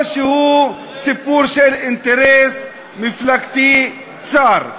או שהוא סיפור של אינטרס מפלגתי צר?